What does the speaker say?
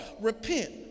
Repent